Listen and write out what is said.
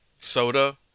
soda